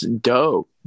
dope